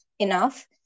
enough